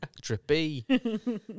Drippy